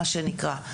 מה שנקרא,